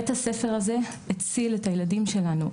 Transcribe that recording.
בית הספר הזה הציל את הילדים שלנו.